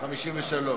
54,